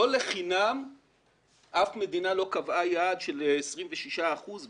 לא לחינם אף מדינה לא קבעה יעד של 26 אחוזים